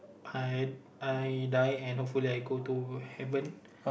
I I die and hopefully I go to heaven